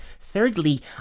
Thirdly